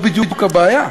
זו הבעיה,